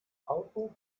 auto